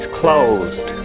closed